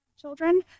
children